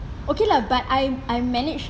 okay lah but I I manage